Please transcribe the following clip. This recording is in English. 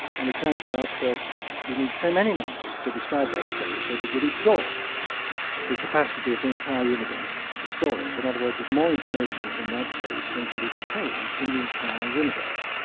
and it turns out that you need so many numbers to describe that state that it would exhaust the capacity of the entire universe to store it. in other words, there's more information in that state than can be contained in the entire universe.